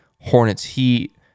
Hornets-Heat